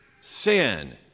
sin